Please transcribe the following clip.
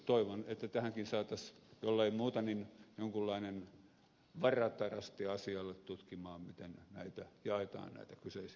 toivon että tähänkin saataisiin jollei muuta niin jonkinlainen varatarasti asiaa tutkimaan miten näitä kyseisiä tukia jaetaan